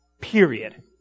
period